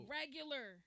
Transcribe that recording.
regular